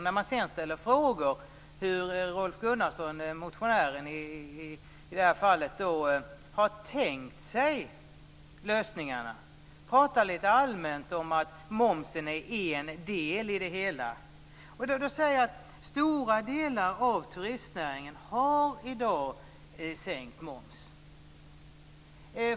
När det sedan ställs frågor till Rolf Gunnarsson, som är motionären i det här fallet, om hur han har tänkt sig lösningarna pratar han lite allmänt om att momsen är en del av det hela. Då säger jag att stora delar av turistnäringen i dag har sänkt moms.